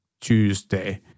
Tuesday